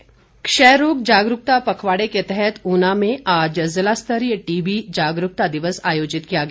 TB दिवस क्षय रोग जागरूकता पखवाड़े के तहत ऊना में आज ज़िलास्तरीय टीबी जागरूकता दिवस आयोजित किया गया